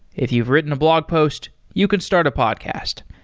if you've written a blog post, you can start a podcast.